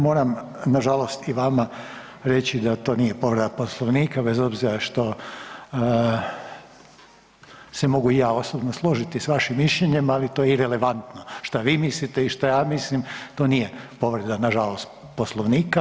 Moramo nažalost i vama reći da to nije povreda Poslovnika, bez obzira što se mogu i ja osobno složiti s vašim mišljenjem, ali to je irelevantno što vi mislite i što ja mislim, to nije povreda, nažalost, Poslovnika.